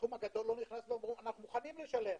הסכום הגדול לא נכנס, ואמרו: אנחנו מוכנים לשלם,